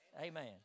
Amen